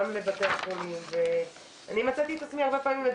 גם לבתי החולים ואני מצאתי את עצמי הרבה פעמים עם